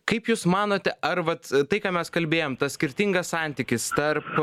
kaip jūs manote ar vat tai ką mes kalbėjom tas skirtingas santykis tarp